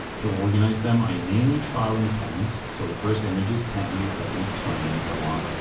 to organize them i name each file in tens. so the first image is ten, the second is twenty and so on.